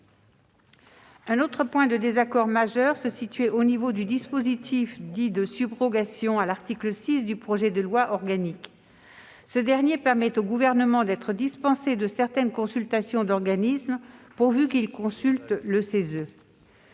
Un autre point de désaccord majeur se situait au niveau du dispositif dit de « subrogation », à l'article 6 du projet de loi organique. Ce dernier permet au Gouvernement d'être dispensé de certaines consultations d'organismes, pourvu qu'il consulte le CESE.